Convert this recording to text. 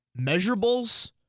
measurables